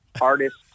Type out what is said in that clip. artist